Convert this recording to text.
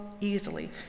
easily